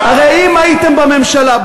הרי אם הייתם בממשלה,